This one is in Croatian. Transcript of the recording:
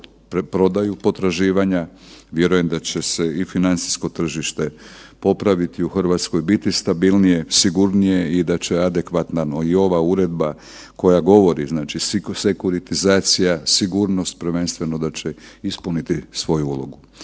preprodaju potraživanja, vjerujem da će se i financijsko tržište popraviti u Hrvatskoj, biti stabilnije, sigurnije i da će adekvatno i ova uredba koja govori znači sekturitizacija, sigurnost prvenstveno da će ispuniti svoju ulogu.